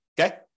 okay